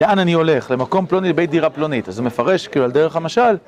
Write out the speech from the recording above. לאן אני הולך? למקום פלוני, לבית דירה פלונית, אז הוא מפרש כאילו, על דרך המשל,